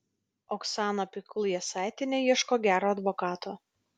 oksana pikul jasaitienė ieško gero advokato